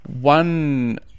one